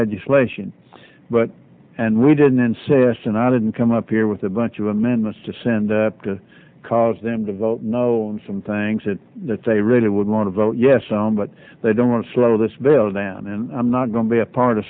legislation but and we didn't say this and i didn't come up here with a bunch of amendments to send to cause them to vote no on some things that they really would want to vote yes on but they don't want to slow this bill down and i'm not going to be a part